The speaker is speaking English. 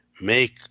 make